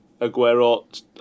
Aguero